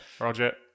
Roger